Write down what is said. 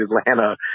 Atlanta